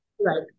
right